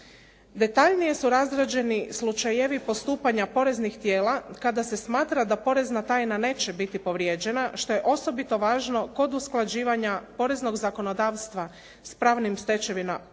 Detaljnije su razrađeni slučajevi postupanja poreznih tijela kada se smatra da porezna tajna neće biti povrijeđena što je osobito važno kod usklađivanja poreznog zakonodavstva sa pravnim stečevinama